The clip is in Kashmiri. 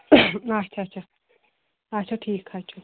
اَچھا اَچھا اَچھا ٹھیٖک حظ چھُ